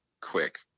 quick